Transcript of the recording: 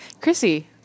Chrissy